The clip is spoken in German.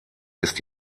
ist